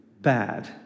bad